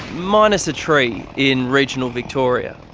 minus a tree, in regional victoria.